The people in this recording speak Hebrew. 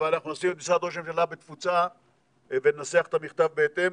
אבל אנחנו נשים את משרד ראש הממשלה בתפוצה וננסח את המכתב בהתאם.